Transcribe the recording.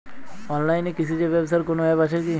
অনলাইনে কৃষিজ ব্যবসার কোন আ্যপ আছে কি?